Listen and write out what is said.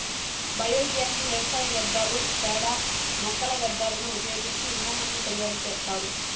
biogas ని వ్యవసాయ వ్యర్థాలు, పేడ, మొక్కల వ్యర్థాలను ఉపయోగించి ఇంధనాన్ని తయారు చేత్తారు